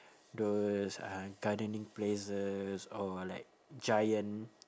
those uh gardening places or like giant